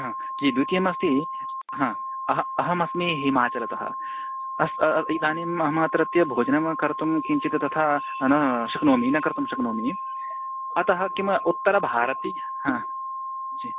हा किं द्वितीयमस्ति हा अहम् अहमस्मि हिमाचलतः अस् इदानीं म अत्रत्य भोजनं कर्तुं किञ्चित् तथा न शक्नोमि न कर्तुं शक्नोमि अतः किं उत्तरभारते ह जि